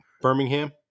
Birmingham